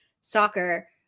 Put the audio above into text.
soccer